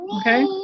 Okay